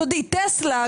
סודי.